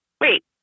wait